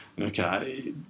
Okay